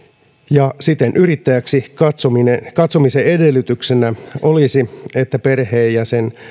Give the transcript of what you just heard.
ja siten yrittäjäksi katsomisen edellytyksenä olisi että perheenjäsen